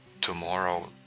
tomorrow